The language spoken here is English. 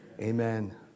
amen